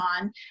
on